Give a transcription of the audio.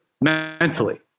mentally